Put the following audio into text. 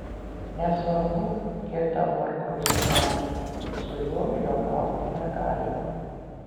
nesvarbu kiek dabar cruzui metų su juo juokauti negalima